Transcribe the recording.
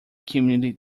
community